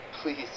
Please